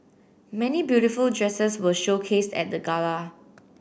many beautiful dresses were showcased at the gala